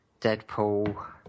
Deadpool